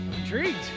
Intrigued